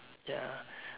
ya